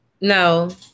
No